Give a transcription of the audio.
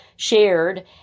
shared